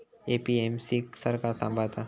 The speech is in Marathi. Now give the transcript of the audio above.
ए.पी.एम.सी क सरकार सांभाळता